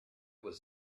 was